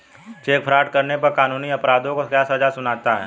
Check fraud करने पर कानून अपराधी को क्या सजा सुनाता है?